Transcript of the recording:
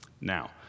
Now